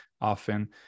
often